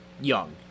young